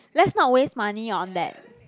let's not waste money on that